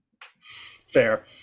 Fair